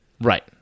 Right